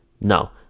No